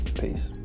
peace